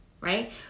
right